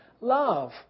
love